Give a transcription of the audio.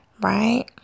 right